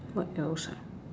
what else ah